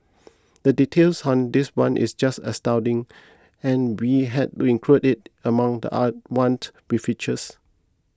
the details on this one is just astounding and we had to include it among the a want we featured